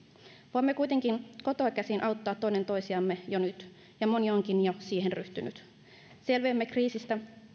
voimme kuitenkin kotoa käsin auttaa toinen toisiamme jo nyt ja moni onkin jo siihen ryhtynyt selviämme kriisistä